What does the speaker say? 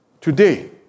today